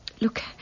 Look